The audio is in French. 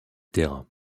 terrain